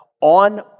on